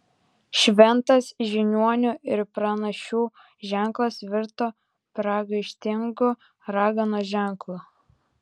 šventas žiniuonių ir pranašių ženklas virto pragaištingu raganos ženklu